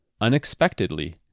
Unexpectedly